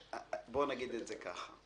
בואו נגיד את זה כך: